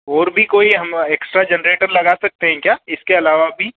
और भी कोई हम एक्स्ट्रा जनरेटर लगा सकते हैं क्या इसके अलावा भी